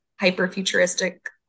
hyper-futuristic